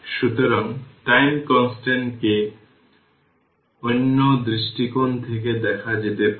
সুতরাং time constant কে অন্য দৃষ্টিকোণ থেকে দেখা যেতে পারে